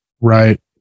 right